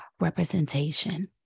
representation